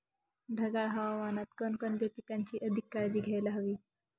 ढगाळ हवामानात कोणकोणत्या पिकांची अधिक काळजी घ्यायला हवी?